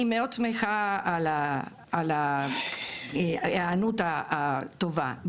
אני מאוד שמחה על ההיענות הטובה.